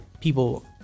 people